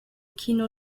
kino